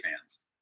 fans